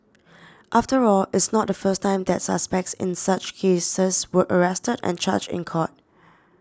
after all it's not the first time that suspects in such cases were arrested and charged in court